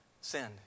Sin